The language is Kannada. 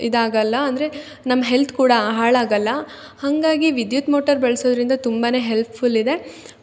ಇದಾಗಲ್ಲ ಅಂದರೆ ನಮ್ಮ ಹೆಲ್ತ್ ಕೂಡ ಹಾಳಾಗೋಲ್ಲ ಹಂಗಾಗಿ ವಿದ್ಯುತ್ ಮೋಟರ್ ಬಳಸೋದ್ರಿಂದ ತುಂಬ ಹೆಲ್ಪ್ ಫುಲ್ ಇದೆ